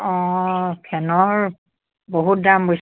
অঁ ফেনৰ বহুত দাম